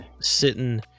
sitting